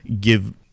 give